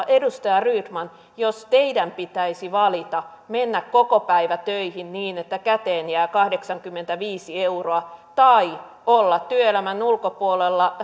edustaja rydman jos teidän pitäisi valita mennä kokopäivätöihin niin että käteen jää kahdeksankymmentäviisi euroa tai olla työelämän ulkopuolella